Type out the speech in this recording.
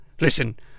listen